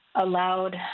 allowed